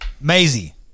Maisie